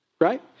right